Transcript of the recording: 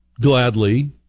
gladly